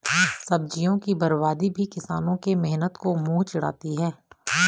सब्जियों की बर्बादी भी किसानों के मेहनत को मुँह चिढ़ाती है